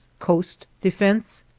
coast defense,